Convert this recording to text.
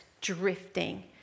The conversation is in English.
drifting